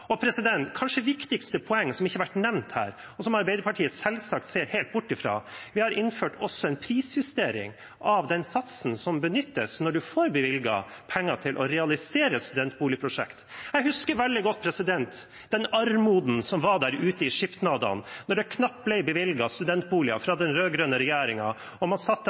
og det kanskje viktigste poenget, som ikke har vært nevnt her, og som Arbeiderpartiet selvsagt ser helt bort fra: Vi har også innført en prisjustering av den satsen som benyttes når du får bevilget penger til å realisere studentboligprosjekt. Jeg husker veldig godt den armoden som var der ute i samskipnadene da det knapt ble bevilget noe til studentboliger fra den rød-grønne regjeringen, og man